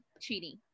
cheating